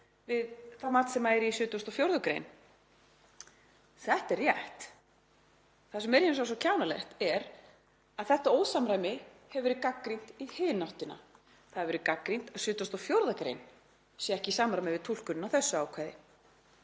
við það mat sem er í 74. gr. Þetta er rétt. Það sem er hins vegar svo kjánalegt er að þetta ósamræmi hefur verið gagnrýnt í hina áttina. Það hefur verið gagnrýnt að 74. gr. sé ekki í samræmi við túlkunina á þessu ákvæði.